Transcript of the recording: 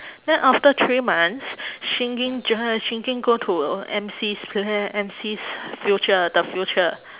then after three months shingen ju~ shingen go to M_C's pl~ M_C's future the future